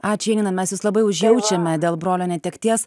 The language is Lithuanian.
ačiū janina mes jus labai užjaučiame dėl brolio netekties